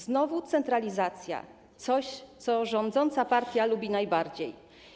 Znowu centralizacja - coś, co rządząca partia lubi najbardziej.